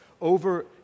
over